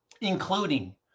including